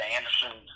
Anderson